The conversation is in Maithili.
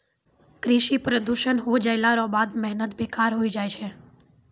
कृषि प्रदूषण हो जैला रो बाद मेहनत बेकार होय जाय छै